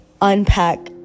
unpack